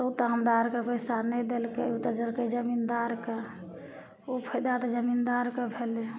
उ तऽ हमरा अरके पैसा नहि देलकय उ तऽ देलकय जमीन्दारके उ फायदा तऽ जमीन्दारके भेलय